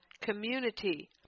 community